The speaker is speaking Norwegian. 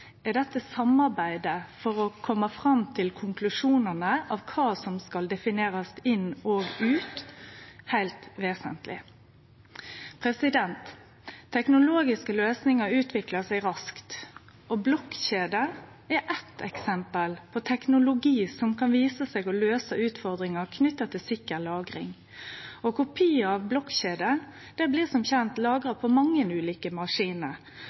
er dette samarbeidet for å kome fram til konklusjonane om kva som skal definerast inn og ut, heilt vesentleg. Teknologiske løysingar utviklar seg raskt, og blokkjeder er eitt eksempel på teknologi som kan vise seg å løyse utfordringar knytte til sikker lagring. Kopiar av blokkjeder blir som kjent lagra på mange ulike